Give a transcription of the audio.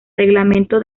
reglamento